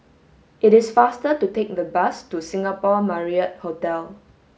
it is faster to take the bus to Singapore Marriott Hotel